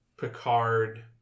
Picard